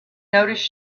noticed